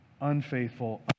unfaithful